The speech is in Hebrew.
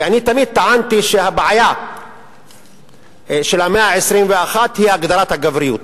ואני תמיד טענתי שהבעיה של המאה ה-21 היא הגדרת הגבריות,